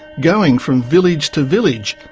going from village to village,